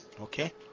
Okay